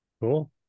Cool